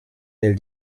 del